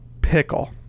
pickle